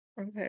Okay